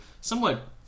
somewhat